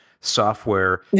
Software